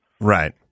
Right